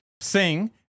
Sing